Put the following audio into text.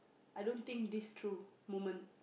I don't think this through moment